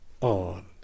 on